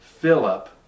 Philip